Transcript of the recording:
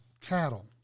cattle